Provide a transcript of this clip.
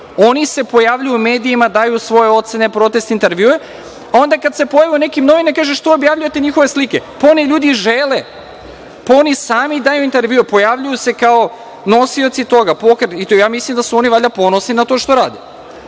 Oni se pojavljuju u medijima. Daju svoje procene protesta, intervjue, a onda kada se pojave u nekim novinama kaže se – što objavljujete njihove slike. Pa oni ljudi žele, pa oni sami daju intervjue, pojavljuju se kao nosioci toga. Mislim da su valjda ponosni na to što rade.